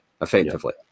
effectively